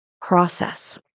process